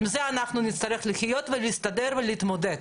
עם זה אנחנו נצטרך לחיות ולהסתדר ולהתמודד,